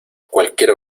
cualquier